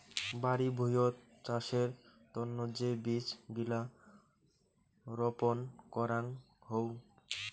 বাড়ি ভুঁইয়ত চাষের তন্ন যে বীজ গিলা রপন করাং হউ